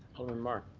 alderman march?